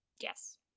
Yes